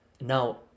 now